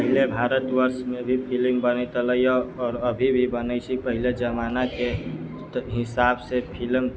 पहले भारतवर्षमे भी फिल्म बनैत एलैए आओर अभी भी बनै छै पहिने जमानाके हिसाबसँ फिल्म